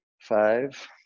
five